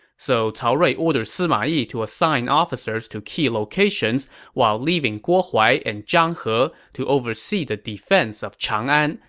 so cao rui ordered sima yi to assign officers to key locations while leaving guo huai and zhang he to oversee the defense of chang'an.